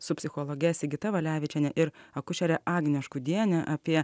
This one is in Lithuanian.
su psichologe sigita valevičiene ir akušere agne škudiene apie